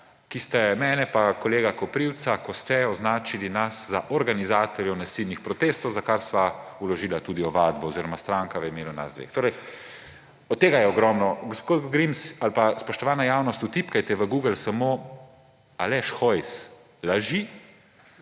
ko ste mene in kolega Koprivca označili za organizatorje nasilnih protestov, za kar sva vložila tudi ovadbo oziroma stranka v imenu naju dveh. Tega je ogromno. Gospod Grims ali pa spoštovana javnost, vtipkajte v Google samo – »Aleš Hojs laži«